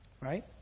Right